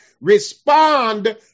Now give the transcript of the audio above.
respond